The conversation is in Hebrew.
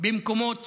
במקומות ציבוריים,